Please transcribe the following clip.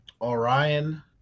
Orion